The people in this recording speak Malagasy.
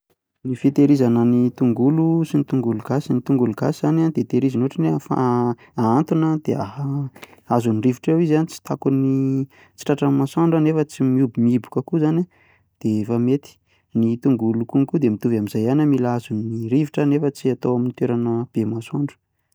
Ny fitahirizana ny tongolo sy ny tongolo gasy: ny tongolo gasy izany dia tehirizina ohatra hoe ahantona, de azon'ny rivotra eo izy an tsy takon'ny tsy tratran'ny masoandro nefa tsy mihob- mihiboka koa izy an dia efa mety, ny tongolo konko dia mitovy amin'izay ihany an, mila azon'ny rivotra nefa tsy atao amy toerana be masoandro.